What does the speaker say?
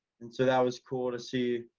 and so that was cool to see.